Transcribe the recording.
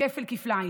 כפל כפליים.